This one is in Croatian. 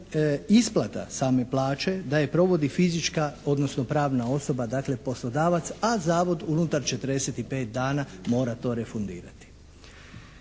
isplata same plaće da je provodi fizička odnosno pravna osoba, dakle poslodavac, a Zavod unutar 45 dana mora to refundirati.